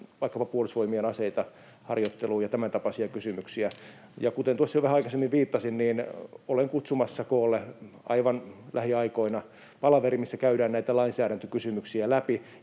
vaikkapa Puolustusvoimien aseita harjoitteluun, ja tämäntapaisia kysymyksiä. Kuten tuossa jo vähän aikaisemmin viittasin, olen kutsumassa koolle aivan lähiaikoina palaverin, missä käydään näitä lainsäädäntökysymyksiä läpi,